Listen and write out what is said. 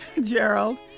Gerald